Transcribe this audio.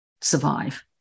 survive